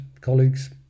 colleagues